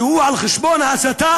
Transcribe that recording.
שעל חשבון ההסתה